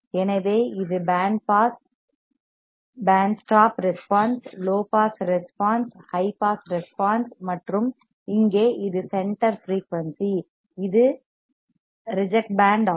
எனவே இது band pass band stop response low pass response high pass response மற்றும் இங்கே இது சென்டர் ஃபிரீயூன்சி இது ரிஜெக்ட் பேண்ட் ஆகும்